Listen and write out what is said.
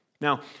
Now